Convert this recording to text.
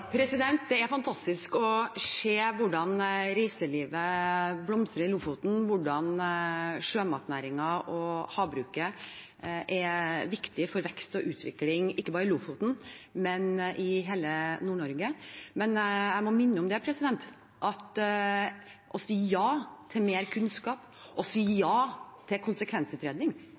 Det er fantastisk å se hvordan reiselivet blomstrer i Lofoten, hvordan sjømatnæringen og havbruket er viktig for vekst og utvikling, ikke bare i Lofoten, men i hele Nord-Norge. Men jeg må minne om at å si ja til mer kunnskap, å si ja til konsekvensutredning,